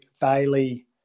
Bailey